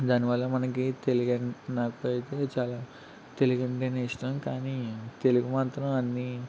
దాని వల్ల మనకి తెలి నాకు అయితే చాలా తెలుగు అంటేనే ఇష్టం కానీ తెలుగు మాత్రం అన్ని